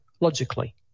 logically